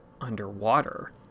underwater